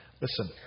Listen